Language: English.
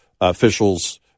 officials